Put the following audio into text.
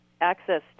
Access